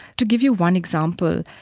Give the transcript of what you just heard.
to give you one example,